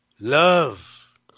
love